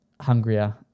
hungrier